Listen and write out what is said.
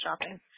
shopping